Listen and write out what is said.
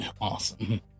Awesome